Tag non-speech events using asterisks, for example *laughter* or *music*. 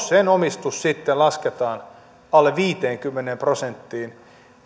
*unintelligible* sen omistus sitten lasketaan alle viiteenkymmeneen prosenttiin